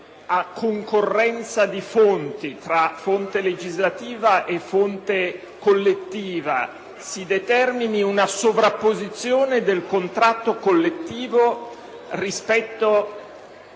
a concorrenza di fonti, tra fonte legislativa e fonte contrattuale, si determini una sovrapposizione del contratto collettivo rispetto